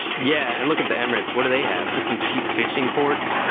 yeah and look at the emirates. what do they have? just some cheap fishing ports?